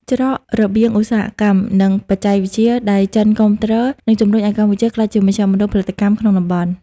ច្រករបៀងឧស្សាហកម្ម និងបច្ចេកវិទ្យាដែលចិនគាំទ្រ នឹងជំរុញឱ្យកម្ពុជាក្លាយជាមជ្ឈមណ្ឌលផលិតកម្មក្នុងតំបន់។